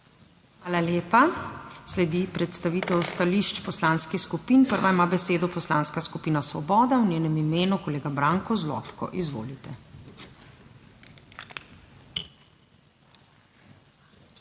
Hvala lepa. Sledi predstavitev stališč poslanskih skupin. Prva ima besedo Poslanska skupina Svoboda, v njenem imenu kolega Branko Zlobko, izvolite.